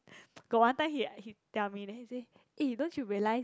got one time he he tell me then he say eh don't you realise